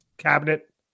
cabinet